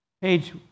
page